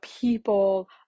people